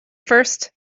first